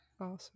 Awesome